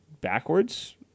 backwards